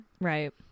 right